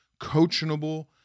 coachable